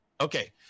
Okay